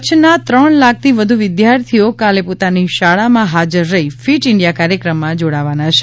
કચ્છના ત્રણ લાખથી વધુ વિદ્યાર્થીઓ કાલે પોતાની શાળામાં હાજર રહી ફીટ ઇન્ડિયા ક્રાર્યક્રમમાં જોડાવાના છે